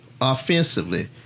offensively